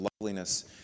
loveliness